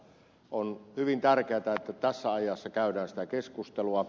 on hyvin tärkeätä että tässä ajassa käydään sitä keskustelua